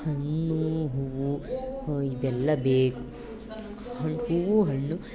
ಹಣ್ಣು ಹೂವು ಇವೆಲ್ಲ ಬೇಕು ಹಣ್ಣು ಹೂವು ಹಣ್ಣು